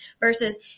versus